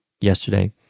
yesterday